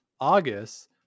August